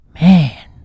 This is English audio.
man